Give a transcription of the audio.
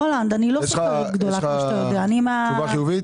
רולנד, יש לך תשובה חיובית?